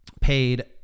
paid